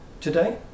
today